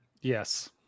Yes